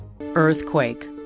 Earthquake